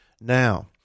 Now